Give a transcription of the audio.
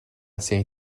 série